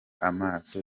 amaso